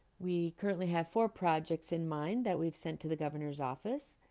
we currently have four projects in mind that we've sent to the governor's office